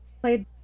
played